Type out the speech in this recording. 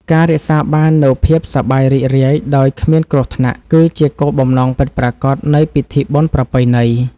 ការរក្សាបាននូវភាពសប្បាយរីករាយដោយគ្មានគ្រោះថ្នាក់ គឺជាគោលបំណងពិតប្រាកដនៃពិធីបុណ្យប្រពៃណី។